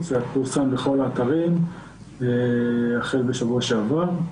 ופורסם בכל האתרים החל משבוע שעבר.